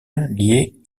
liée